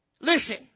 Listen